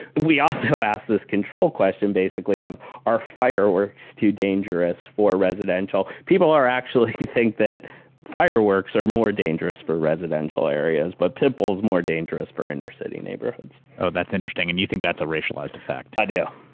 and we also ask this control question, basically, of are fireworks too dangerous for residential? people are actually think that fireworks are more dangerous for residential areas, but pit bulls more dangerous for inner city neighborhoods. oh, that's interesting. and you think that's a racialized effect? i do.